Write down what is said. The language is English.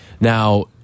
Now